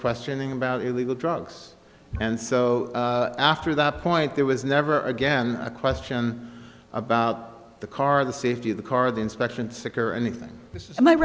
questioning about illegal drugs and so after that point there was never again a question about the car the safety of the car the inspection sticker and if this is my